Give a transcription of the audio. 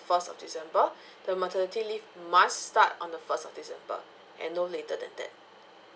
first of december the maternity leave must start on the first of december and no later than that